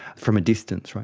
from a distance.